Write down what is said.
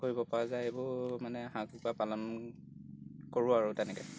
কৰিব পৰা যায় এইবোৰ মানে হাঁহ কুকুৰা পালন কৰোঁ আৰু তেনেকৈ